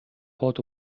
port